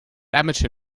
amateur